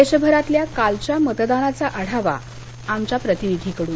देशभरातल्या कालच्या मतदानाचा आढावा आमच्या प्रतिनिधीकडून